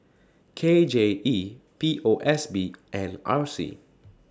K J E P O S B and R C